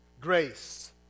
Grace